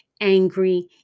angry